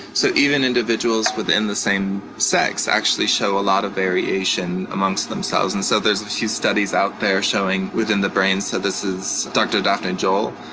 so even individuals within the same sex actually show a lot of variation amongst themselves. and so there's a few studies out there showing within the brains. so, this is dr. daphna joel,